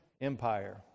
Empire